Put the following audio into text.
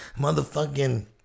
motherfucking